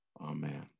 amen